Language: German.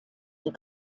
die